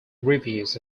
reviews